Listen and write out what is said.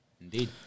Indeed